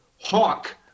hawk